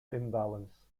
imbalance